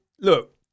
look